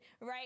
right